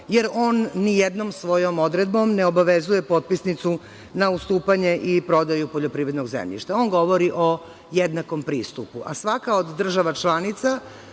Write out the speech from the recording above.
jer on ni jednom svojom odredbom ne obavezuje potpisnicu na ustupanje i prodaju poljoprivrednog zemljišta. On govori o jednakom pristupu,